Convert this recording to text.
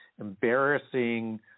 embarrassing